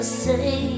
say